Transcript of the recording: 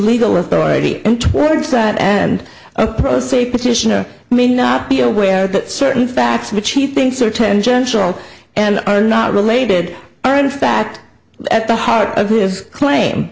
legal authority and towards that end pro se petitioner may not be aware that certain facts which he thinks are tangential and are not related are in fact at the heart of his claim